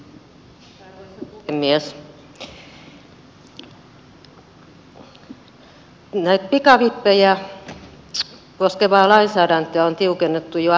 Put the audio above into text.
näitä pikavippejä koskevaa lainsäädäntöä on tiukennettu jo aiemminkin